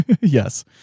Yes